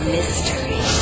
Mystery